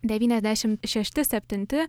devyniasdešim šešti septinti